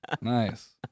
nice